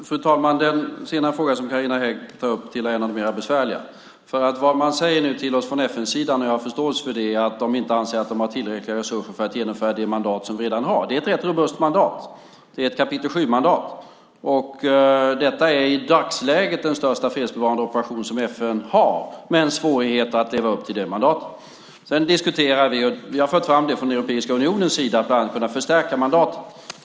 Fru talman! Den sista fråga som Carina Hägg tar upp tillhör de besvärligare. Vad man säger till oss från FN-sidan är att de inte anser att de har tillräckliga resurser för att genomföra det mandat de redan har. Jag har förståelse för det. Det är ett rätt robust mandat, ett kapitel 7-mandat. Detta är i dagsläget den största fredsbevarande operation som FN har. Men man har svårigheter att leva upp till det mandatet. Vi har från Europeiska unionens sida fört fram tanken om att förstärka mandatet.